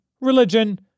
religion